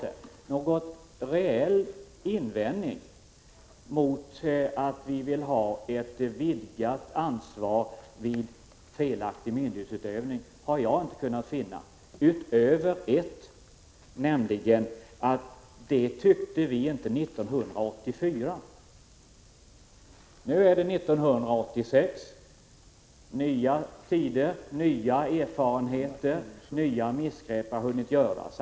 Jag har inte kunnat finna någon annan reell invändning mot vårt krav på ett vidgat ansvar vid felaktig myndighetsutövning än att vi inte tyckte detsamma 1984. Nu är det 1986, och det är nya tider. Nya erfarenheter och nya missgrepp har hunnit göras.